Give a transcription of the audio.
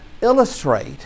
illustrate